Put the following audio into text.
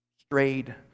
strayed